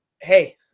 Hey